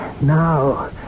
now